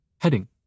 Heading